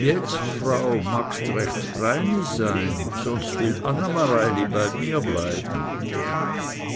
jetz frau magst recht freini sein sonst will anne mareili bei mir bleiben